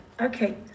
okay